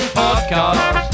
podcast